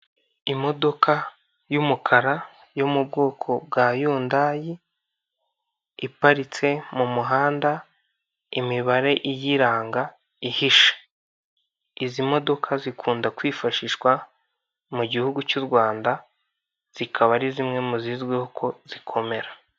Imodoka y'umukara yo mu bwoko bwa yundayi, iparitse mu muhanda imibare iyiranga ihishe; izi modoka zikunda kwifashishwa mu gihugu cy'u Rwanda zikaba ari zimwe mu zizwiho ko zikomera.